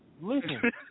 listen